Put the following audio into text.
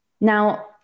Now